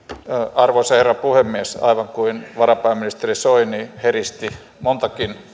arvoisa herra puhemies aivan niin kuin varapääministeri soini heristi montakin